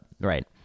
Right